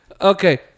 Okay